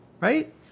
right